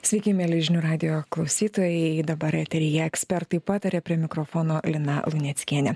sveiki mieli žinių radijo klausytojai dabar eteryje ekspertai pataria prie mikrofono lina luneckienė